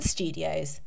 Studios